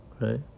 right